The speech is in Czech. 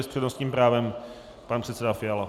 S přednostním právem pan předseda Fiala.